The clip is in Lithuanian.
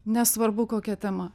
nesvarbu kokia tema